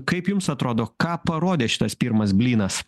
kaip jums atrodo ką parodė šitas pirmas blynas